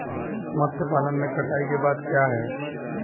मत्स्य पालन में कटाई के बाद क्या है?